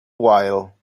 while